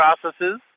processes